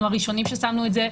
אנחנו הראשונים ששמנו את זה.